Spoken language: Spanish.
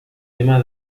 tema